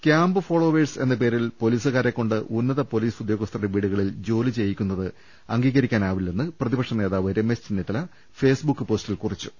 camp followers എന്ന പേരിൽ പൊലീസു കാരെക്കൊണ്ട് ഉന്നത പൊലീസ് ഉദ്യോഗസ്ഥരുടെ വീടുകളിൽ ജോലി ചെയ്യിക്കുന്നത് അംഗീകരിക്കാനാവി ല്ലെന്ന് പ്രതിപക്ഷ നേതാവ് രമേശ് ചെന്നിത്തല ഫേസ്ബുക്ക് പോസ്റ്റിൽ കുറിച്ചു